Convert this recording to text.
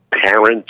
parents